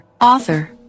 author